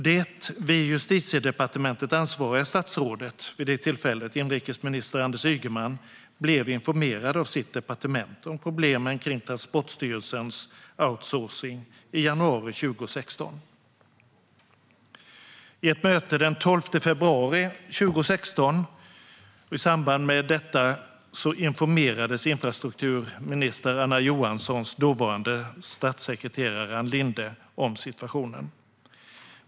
Det vid det tillfället ansvariga statsrådet vid Justitiedepartementet, inrikesminister Anders Ygeman, blev informerad av sitt departement om problemen kring Transportstyrelsens outsourcing i januari 2016. I samband med ett möte den 12 januari 2016 informerades infrastrukturminister Anna Johanssons dåvarande statssekreterare Ann Linde om situationen.